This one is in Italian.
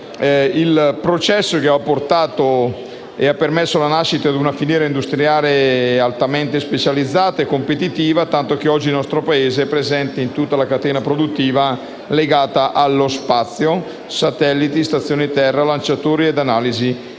il processo che ha permesso la nascita di una filiera industriale altamente specializzata e competitiva, tanto che oggi il nostro Paese è presente in tutta la catena produttiva legata allo spazio: satelliti, stazioni terra, lanciatori e analisi dei dati.